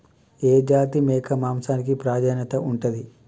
ఏ జాతి మేక మాంసానికి ప్రాధాన్యత ఉంటది?